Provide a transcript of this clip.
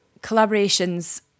collaborations